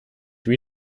wie